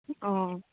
ꯑꯥ